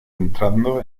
entrando